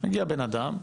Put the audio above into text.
מגיע בן אדם,